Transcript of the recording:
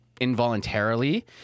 involuntarily